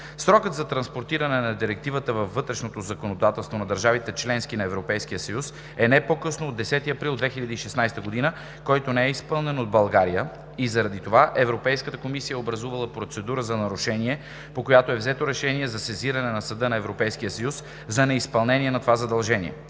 Срокът за транспониране на Директивата във вътрешното законодателство на държавите – членки на Европейския съюз, е не по-късно от 10 април 2016 г., който не е изпълнен от България и заради това Европейската комисия е образувала процедура за нарушение, по която е взето решение за сезиране на Съда на Европейския съюз за неизпълнение на това задължение.